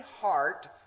heart